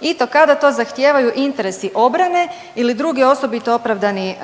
i to kada to zahtijevaju interesi obrane ili drugi osobito opravdani